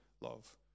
love